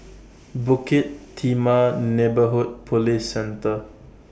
Bukit Timah Neighbourhood Police Center